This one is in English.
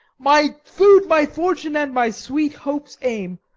my food, my fortune, and my sweet hope's aim,